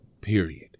period